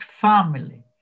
family